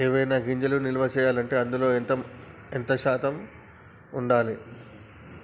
ఏవైనా గింజలు నిల్వ చేయాలంటే అందులో ఎంత శాతం ఉండాలి?